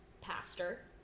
pastor